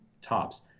tops